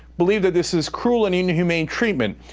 believe that this is cruel and inhumane treatment.